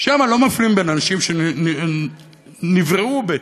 שם לא מפלים בין אנשים שנבראו בצלם.